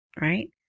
right